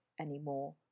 anymore